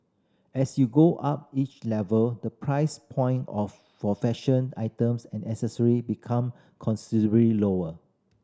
as you go up each level the price point of for fashion items and accessory become considerably lower